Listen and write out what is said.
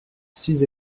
six